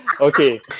Okay